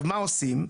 מה עושים?